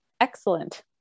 Excellent